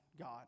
God